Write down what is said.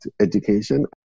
education